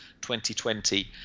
2020